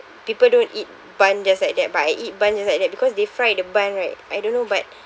people don't eat bun just like that but I eat bun just like that because they fried the bun right I don't know but